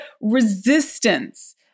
resistance